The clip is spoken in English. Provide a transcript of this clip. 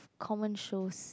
common shows